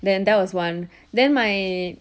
then that was one then my